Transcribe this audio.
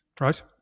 Right